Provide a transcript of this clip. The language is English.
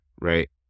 right